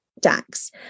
Dax